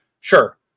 Sure